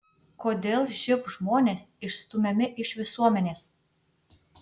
kodėl živ žmonės išstumiami iš visuomenės